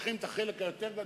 בכלל,